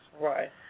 Right